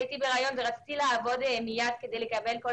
הייתי בהריון ורציתי לעבוד מיד כדי לקבל את כל